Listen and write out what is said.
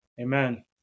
Amen